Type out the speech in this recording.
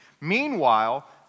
Meanwhile